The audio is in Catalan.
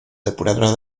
depuradora